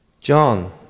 John